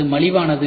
அது மலிவானது